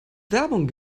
werbung